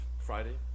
Friday